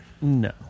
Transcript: No